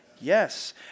Yes